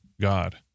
God